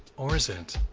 or is it?